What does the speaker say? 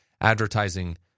advertising